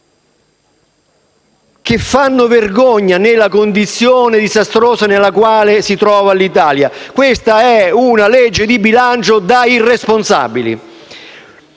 che fanno vergogna nella condizione disastrosa nella quale si trova l'Italia. Questa è una legge di bilancio da irresponsabili.